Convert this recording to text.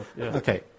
Okay